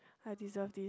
I deserve this